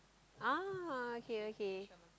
oh okay okay